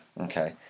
Okay